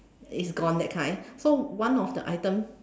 it's gone that kind so one of the item